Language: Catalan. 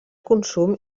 consum